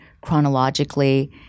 chronologically